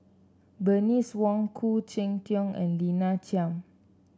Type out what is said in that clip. Bernice Wong Khoo Cheng Tiong and Lina Chiam